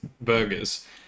burgers